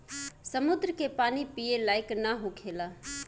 समुंद्र के पानी पिए लायक ना होखेला